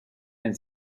and